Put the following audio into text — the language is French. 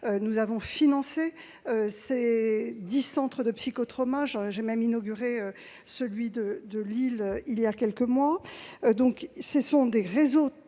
Nous avons financé ces dix centres de psychotrauma : j'ai même inauguré celui de Lille voilà quelques mois. Il s'agit de réseaux